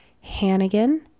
Hannigan